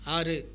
ஆறு